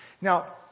now